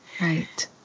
Right